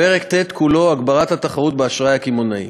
פרק ט' כולו (הגברת התחרות באשראי קמעונאי).